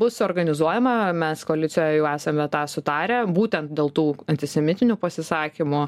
bus organizuojama mes koalicijoj jau esame tą sutarę būtent dėl tų antisemitinių pasisakymų